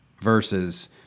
versus